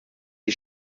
die